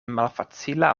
malfacila